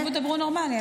שבו ותדברו נורמלי,